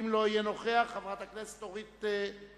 אם הוא לא יהיה נוכח, חברת הכנסת אורית זוֹארץ.